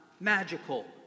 magical